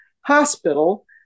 hospital